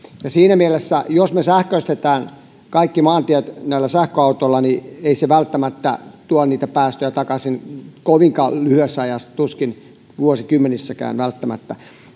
siinä mielessä jos me sähköistämme kaikki maantiet näillä sähköautoilla ei se välttämättä tuo niitä päästöjä takaisin kovinkaan lyhyessä ajassa tuskin vuosikymmenissäkään välttämättä